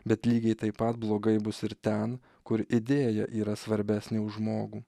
bet lygiai taip pat blogai bus ir ten kur idėja yra svarbesnė už žmogų